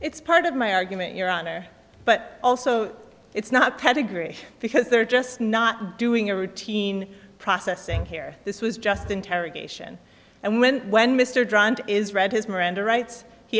it's part of my argument your honor but also it's not pedigree because they're just not doing a routine processing here this was just interrogation and when when mr drummond is read his miranda rights he